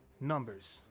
numbers